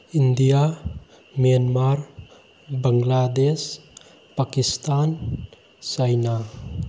India Myanmar Bangladesh Pakistan China